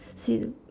see